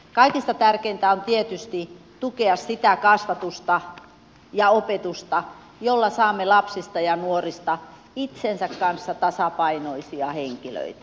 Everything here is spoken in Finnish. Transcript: kaikista tärkeintä on tietysti tukea sitä kasvatusta ja opetusta jolla saamme lapsista ja nuorista itsensä kanssa tasapainoisia henkilöitä